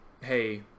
hey